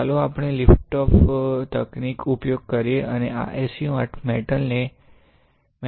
ચાલો આપણે lift off તકનીકનો ઉપયોગ કરીએ અને આ SU 8 ને મેટલ થી કોટ કરીએ